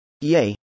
yay